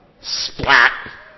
SPLAT